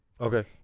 Okay